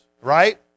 right